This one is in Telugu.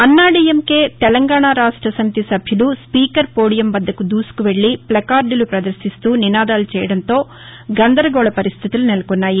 అన్నాడీఎంకే తెలంగాణ రాష్ట సమితి సభ్యులు స్పీకర్ పోడియం వద్దకు దూసుకువెల్లి ప్లకార్లు పదర్శిస్తూ నినాదాలు చేయడంతో గందరగోళ పరిస్థితులు నెలకొన్నాయి